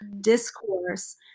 discourse